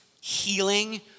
healing